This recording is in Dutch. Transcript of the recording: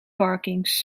parkings